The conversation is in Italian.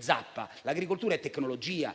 zappa, ma tecnologia,